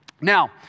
Now